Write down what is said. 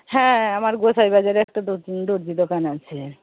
হ্যাঁ আমার গোঁসাইবাজারে একটা দর্জি দর্জি দোকান আছে